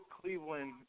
Cleveland